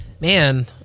man